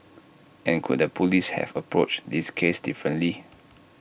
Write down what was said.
and could the Police have approached this case differently